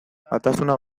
batasuna